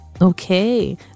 Okay